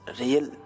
real